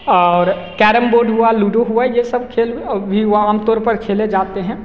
और carrom board हुआ ludo हुआ ये सब खेल और भी युवा आमतौर पर खेले जाते हैं